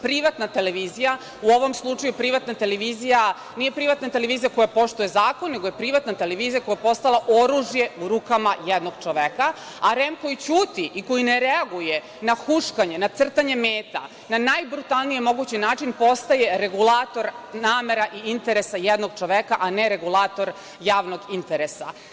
Privatna televizija u ovom slučaju nije privatna televizija koja poštuje zakon, nego je privatna televizija koja je postala oružje u rukama jednog čoveka, a REM koji ćuti i koji ne reaguje na huškanje, na crtanje meta, na najbrutalnije mogući način postaje regulator namera i interesa jednog čoveka, a ne regulator javnog interesa.